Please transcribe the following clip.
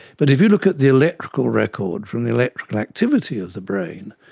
but if you look at the electrical record from the electrical activity of the brain,